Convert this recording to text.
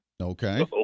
okay